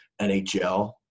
NHL